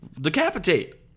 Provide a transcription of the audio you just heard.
Decapitate